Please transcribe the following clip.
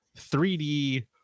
3D